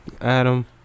Adam